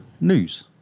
news